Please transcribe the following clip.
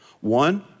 one